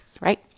right